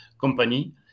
company